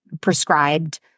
prescribed